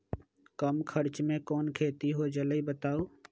कम खर्च म कौन खेती हो जलई बताई?